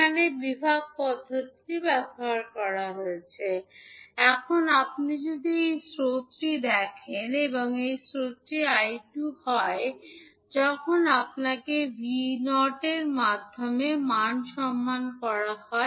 এখনকার বিভাগের ক্ষেত্রে আপনি পাবেন এখন আপনি যখন এই স্রোতটি দেখেন এবং এই স্রোতটি 𝐼2 হয় যখন আপনাকে 𝑉0 এর মান সন্ধান করতে বলা হয়